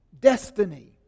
destiny